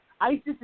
ISIS